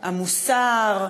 המוסר,